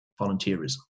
volunteerism